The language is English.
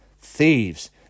thieves